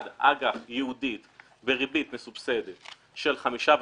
אחד, אג"ח ייעודית בריבית מסובסדת של 5.5%,